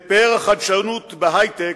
את פאר החדשנות בהיי-טק,